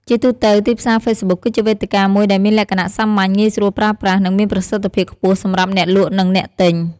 ជាទូទៅ ទីផ្សារហ្វេសប៊ុកគឺជាវេទិកាមួយដែលមានលក្ខណៈសាមញ្ញ ងាយស្រួលប្រើប្រាស់ និងមានប្រសិទ្ធភាពខ្ពស់សម្រាប់អ្នកលក់និងអ្នកទិញ។